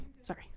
sorry